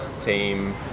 team